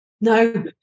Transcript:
No